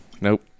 Nope